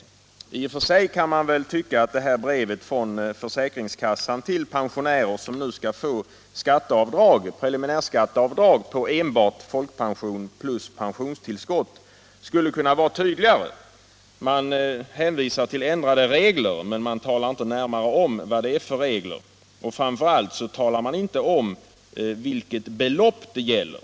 Men i och för sig kan man tycka att brevet från försäkringskassan till de pensionärer som nu skall få preliminärskatteavdrag på enbart folkpension plus pensionstillskott skulle kunna vara tydligare. Försäkringskassan hänvisar till ändrade regler men talar inte om närmare vad det är för regler, och framför allt talas det inte om vilka belopp det gäller.